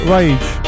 Rage